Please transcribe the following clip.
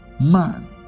man